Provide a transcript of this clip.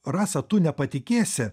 rasa tu nepatikėsi